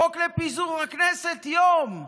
חוק לפיזור הכנסת, יום,